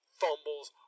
fumbles